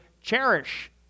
cherish